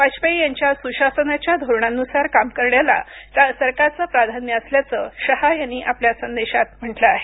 वाजपेयी यांच्या सुशासनाच्या धोरणांनुसार काम करण्याला सरकारचं प्राधान्य असल्याचं शहा यांनी आपल्या संदेशांत म्हटलं आहे